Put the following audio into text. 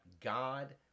God